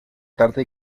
tarta